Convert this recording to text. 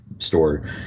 Store